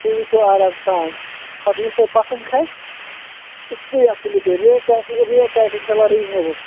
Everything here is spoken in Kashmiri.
تُہۍ وٕچھِو آرام سان پَتہٕ یُس تۄہہِ پَسنٛد کھَسہِ سُے اکھ تُلِو تُہۍ ریٹ تہِ آسہِ ریٹ تہِ آسہِ اِنشااللہ ریزنیٚبٕل